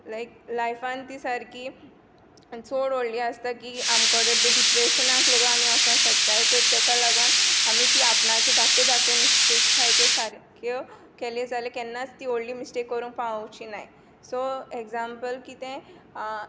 लायक लायफान ती सारकी चोड वोडली आसता की आमकोडे ड्रिप्रेशना लेगून आमी वोचो शकताय तोर तेका लागोन आमी ती आपणाच्यो धाकट्यो धाकट्यो मिस्टेक्स आहाय त्यो सारक्यो केल्यो जाल्यार केन्नाच ती वोडली मिस्टेक कोरूंक पावची नाय सो एग्जांपल कितें